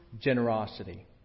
generosity